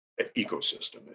ecosystem